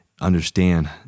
understand